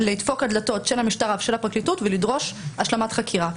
לדפוק על דלתות של המשטרה ושל הפרקליטות ולדרוש השלמת חקירות.